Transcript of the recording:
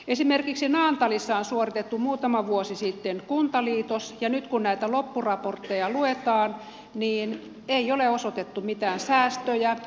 esimerkiksi naantalissa on suoritettu muutama vuosi sitten kuntaliitos ja nyt kun näitä loppuraportteja luetaan niin ei ole osoitettu mitään säästöjä